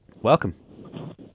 Welcome